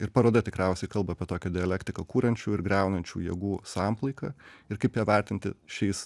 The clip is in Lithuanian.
ir paroda tikriausiai kalba apie tokią dialektiką kuriančių ir griaunančių jėgų samplaiką ir kaip ją vertinti šiais